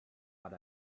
but